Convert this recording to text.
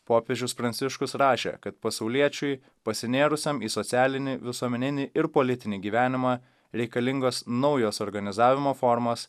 popiežius pranciškus rašė kad pasauliečiui pasinėrusiam į socialinį visuomeninį ir politinį gyvenimą reikalingos naujos organizavimo formos